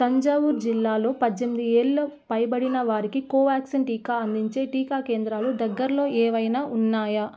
తంజావూర్ జిల్లాలో పద్దెనిమిది ఏళ్ళు పైబడిన వారికి కోవాక్సిన్ టీకా అందించే టీకా కేంద్రాలు దగ్గరలో ఏవైనా ఉన్నాయా